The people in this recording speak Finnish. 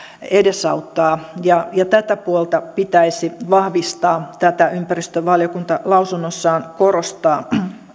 edesauttaa ja ja tätä puolta pitäisi vahvistaa tätä ympäristövaliokunta lausunnossaan korostaa